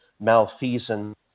malfeasance